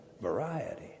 variety